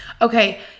Okay